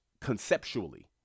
conceptually